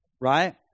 Right